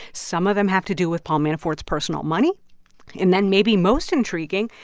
some of them have to do with paul manafort's personal money and then maybe most intriguing,